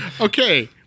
Okay